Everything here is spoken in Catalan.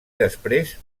després